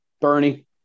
Bernie